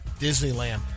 Disneyland